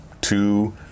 two